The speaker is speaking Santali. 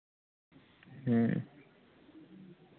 ᱦᱮᱸ